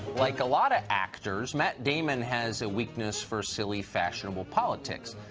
like a lot of actors, matt damon has a weakness for silly, fashionable politics,